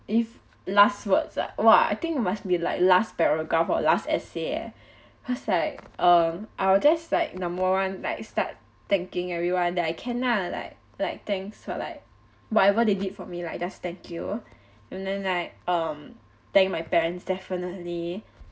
if last words ah !wah! I think must be like last paragraph or last essay eh cause like um I'd just like number one start thanking everyone that I can lah like like thanks for like whatever they did for me lah just thank you and then like um thank my parents definitely